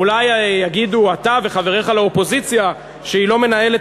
אולי תגידו אתה וחבריך לאופוזיציה שהיא לא מנהלת